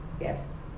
Yes